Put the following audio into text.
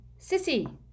Sissy